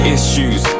Issues